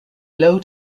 low